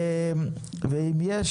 ואם יש,